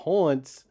Haunts